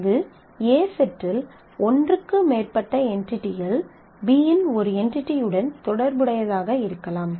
அங்கு A செட்டில் ஒன்றுக்கு மேற்பட்ட என்டிடிகள் B இன் ஒரு என்டிடியுடன் தொடர்புடையதாக இருக்கலாம்